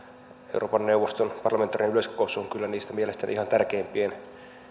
euroopan neuvoston parlamentaarinen yleiskokous on kyllä niistä mielestäni ihan tärkeimpien